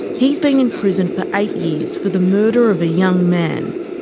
he's been in prison for eight years for the murder of a young man.